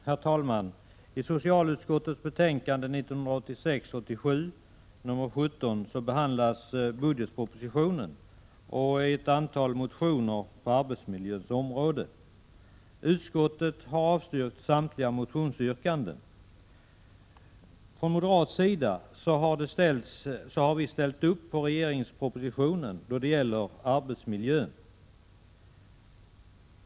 Herr talman! I socialutskottets betänkande 1986/87:17 behandlas budgetpropositionen och ett antal motioner på arbetsmiljöns område. Utskottet har avstyrkt samtliga motionsyrkanden. Moderaterna har ställt sig bakom regeringens proposition då det gäller arbetsmiljön.